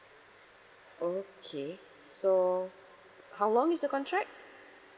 okay so how long is the contract